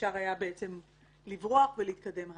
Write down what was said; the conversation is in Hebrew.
אפשר היה לברוח ולהתקדם הלאה.